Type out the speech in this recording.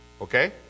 Okay